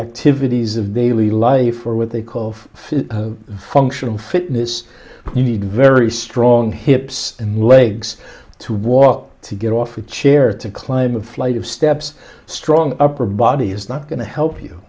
activities of daily life or what they call of functional fitness you need very strong hips and legs to walk to get off a chair to climb a flight of steps strong upper body is not going to help you